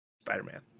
Spider-Man